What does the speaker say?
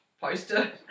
poster